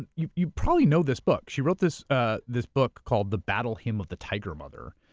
and you you probably know this book, she wrote this ah this book called the battle hymn of the tiger mother,